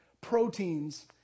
proteins